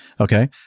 Okay